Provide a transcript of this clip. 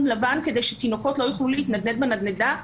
לבן כדי שתינוקות לא יוכלו להתנדנד בנדנדה?